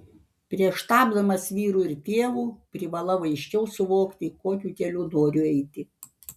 prieš tapdamas vyru ir tėvu privalau aiškiau suvokti kokiu keliu noriu eiti